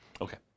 Okay